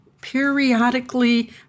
Periodically